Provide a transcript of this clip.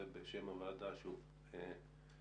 בשם הוועדה, תנחומינו.